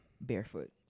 barefoot